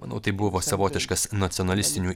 manau tai buvo savotiškas nacionalistinių